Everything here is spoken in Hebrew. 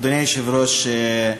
אדוני היושב-ראש,